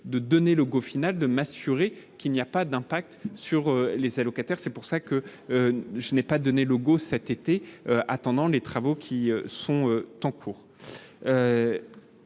de donner le Go final de m'assurer qu'il n'y a pas d'impact sur les allocataires, c'est pour ça que je n'ai pas donné logo cet été, attendant les travaux qui sont temps court,